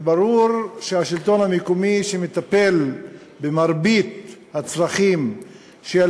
וברור שהשלטון המקומי שמטפל במרבית הצרכים של